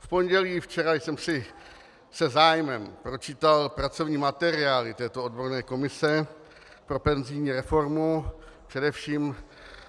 V pondělí i včera jsem si se zájmem pročítal pracovní materiály této odborné komise pro penzijní reformu, především